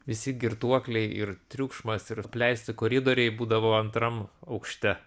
visi girtuokliai ir triukšmas ir apleisti koridoriai būdavo antram aukšte